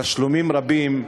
התשלומים רבים,